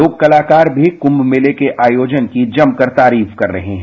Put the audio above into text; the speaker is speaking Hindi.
लोक कलाकर भी कुम्भ मेले के आयोजन की जमकर तारीफ कर रहे हैं